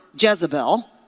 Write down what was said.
Jezebel